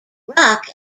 rock